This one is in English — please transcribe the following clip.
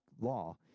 law